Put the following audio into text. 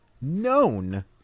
known